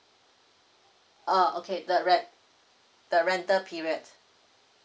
oh okay the ren~ the rental period